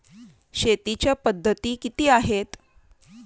शेतीच्या पद्धती किती आहेत?